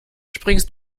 springst